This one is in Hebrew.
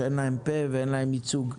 שאין להם פה ואין להם ייצוג.